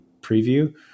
preview